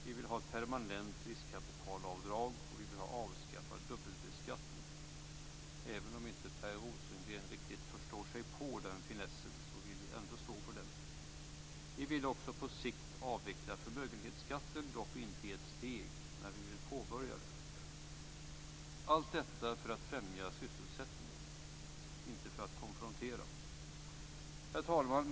Vi vill ha ett permanent riskkapitalavdrag och vi vill ha avskaffad dubbelbeskattning. Även om Per Rosengren inte riktigt förstår sig på den finessen står vi för den. Vidare vill vi på sikt avveckla förmögenhetsskatten, men inte i ett steg. Vi vill dock påbörja den avvecklingen. Allt detta syftar till att främja sysselsättningen, inte till att konfrontera.